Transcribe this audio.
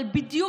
אבל בדיוק,